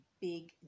big